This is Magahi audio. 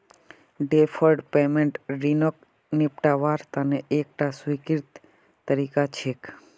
डैफर्ड पेमेंट ऋणक निपटव्वार तने एकता स्वीकृत तरीका छिके